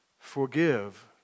forgive